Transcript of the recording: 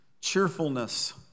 cheerfulness